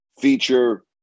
feature